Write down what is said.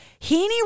Heaney